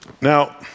Now